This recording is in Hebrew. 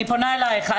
אני פונה אליך.